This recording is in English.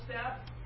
step